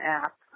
app